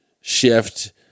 shift